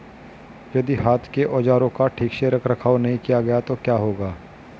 यदि हाथ के औजारों का ठीक से रखरखाव नहीं किया गया तो क्या होगा?